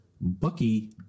Bucky